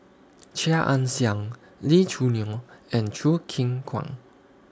Chia Ann Siang Lee Choo Neo and Choo Keng Kwang